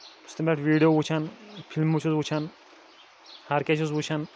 بہٕ چھُس تَمہِ پٮ۪ٹھ ویٖڈیو وُچھان فِلمہٕ چھُس وُچھان ہر کینٛہہ چھُس وُچھان